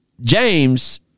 James